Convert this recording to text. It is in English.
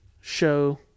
show